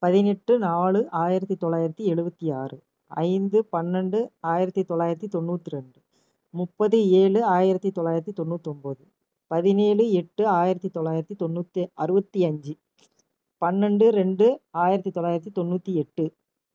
பதினெட்டு நாலு ஆயிரத்து தொள்ளாயிரத்து எழுவத்தி ஆறு ஐந்து பன்னெண்டு ஆயிரத்து தொள்ளாயிரத்து தொண்ணூற்றி ரெண்டு முப்பது ஏழு ஆயிரத்து தொள்ளாயிரத்து தொண்ணூத்தொம்பது பதினேழு எட்டு ஆயிரத்து தொள்ளாயிரத்து தொண்ணூற்றி அறுபத்தி அஞ்சு பன்னெண்டு ரெண்டு ஆயிரத்து தொள்ளாயிரத்து தொண்ணூற்றி எட்டு